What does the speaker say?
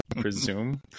presume